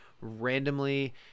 Randomly